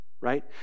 right